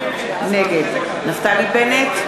נגד נפתלי בנט,